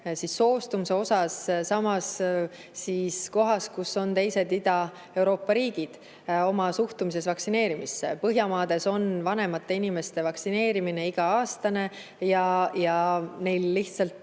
soostumuse poolest samas kohas, kus on teised Ida-Euroopa riigid oma suhtumisega vaktsineerimisse. Põhjamaades on vanemate inimeste vaktsineerimine iga‑aastane ja nende